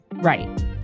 right